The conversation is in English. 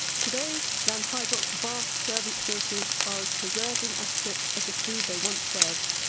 today, lanhydrock's vast servant quarters are as preserved in aspic as the food they once served.